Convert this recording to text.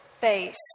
face